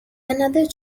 another